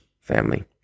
family